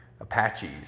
Apaches